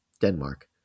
Denmark